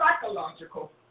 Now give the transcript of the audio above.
psychological